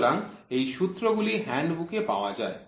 সুতরাং এই সূত্রগুলি হ্যান্ডবুকে পাওয়া যায়